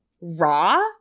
raw